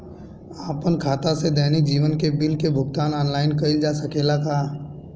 आपन खाता से दैनिक जीवन के बिल के भुगतान आनलाइन कइल जा सकेला का?